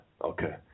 okay